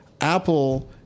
Apple